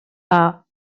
are